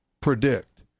predict